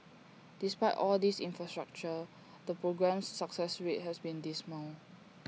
despite all this infrastructure the programme's success rate has been dismal